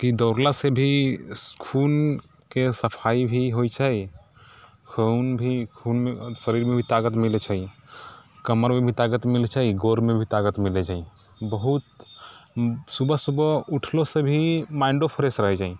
की दौड़लासँ भी खूनके सफाइ भी होइत छै खून भी खून शरीरमे भी ताकत मिलैत छै कमरमे भी ताकत मिलैत छै गोरमे भी ताकत मिलैत छै बहुत सुबह सुबह उठलोसँ भी माइंडो फ्रेश रहैत छै